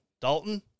Dalton